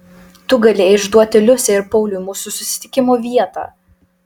tu galėjai išduoti liusei ir pauliui mūsų susitikimo vietą